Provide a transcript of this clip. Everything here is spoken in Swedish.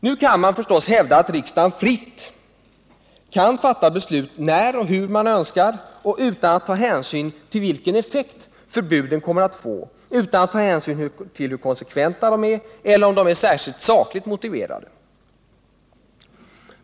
Nu kan man hävda att riksdagen fritt kan fatta beslut när och hur den önskar och utan att ta hänsyn till vilken effekt förbuden kommer att få, utan att ta hänsyn till hur konsekventa de är eller om de är sakligt motiverade.